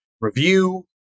review